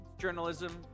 journalism